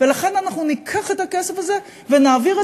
ולכן אנחנו ניקח את הכסף הזה ונעביר את